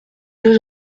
deux